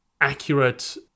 accurate